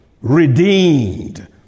redeemed